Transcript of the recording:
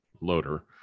loader